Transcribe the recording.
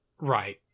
Right